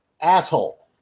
Asshole